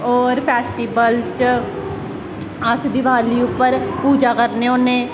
और फैस्टिवसल च अस दिवाली पर पूजा करने होन्ने